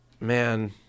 Man